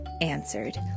answered